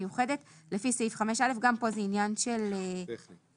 מיוחדת לפי סעיף 5א". גם כאן זה עניין של הפניה.